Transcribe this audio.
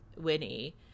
Winnie